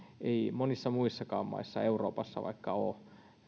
ei monissa muissakaan maissa euroopassa vaikka ole